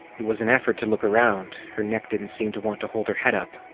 it was an effort to look around her neck didn't seem to want to hold her head up.